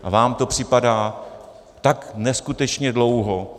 A vám to připadá tak neskutečně dlouho.